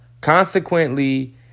Consequently